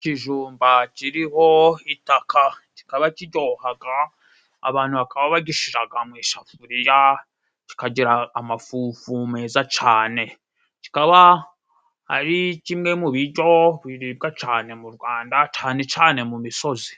Ikijumba kiriho itaka. Kikaba kiryohaga. Abantu bakaba bagishiraga mu ishafuriya kikagira amafu meza cane. Kikaba ari kimwe mu biryo biribwa cane mu Rwanda cane cane mu misozi.